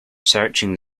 searching